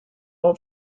all